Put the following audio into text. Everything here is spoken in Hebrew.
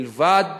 ובלבד